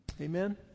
Amen